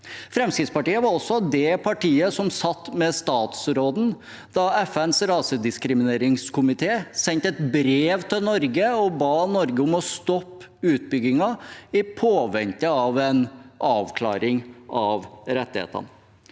Fremskrittspartiet var også det partiet som satt med statsråden da FNs rasediskrimineringskomité sendte et brev til Norge og ba Norge om å stoppe utbyggingen i påvente av en avklaring av rettighetene.